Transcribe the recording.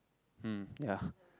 mm ya